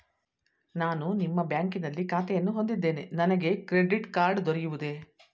ನಾನು ನಿಮ್ಮ ಬ್ಯಾಂಕಿನಲ್ಲಿ ಖಾತೆಯನ್ನು ಹೊಂದಿದ್ದೇನೆ ನನಗೆ ಕ್ರೆಡಿಟ್ ಕಾರ್ಡ್ ದೊರೆಯುವುದೇ?